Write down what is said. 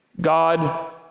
God